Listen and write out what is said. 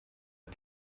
off